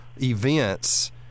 events